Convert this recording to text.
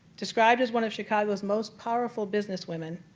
described as one of chicago's most powerful business women,